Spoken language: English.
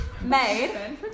made